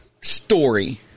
story